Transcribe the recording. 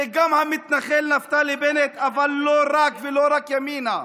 זה גם המתנחל נפתלי בנט, אבל לא רק, ולא רק ימינה,